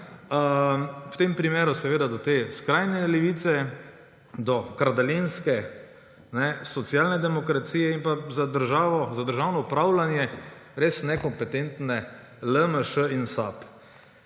v tem primeru seveda do te skrajne levice, do kardelijanske Socialne demokracije in pa do za državno upravljanje res nekompetentnih LMŠ in SAB.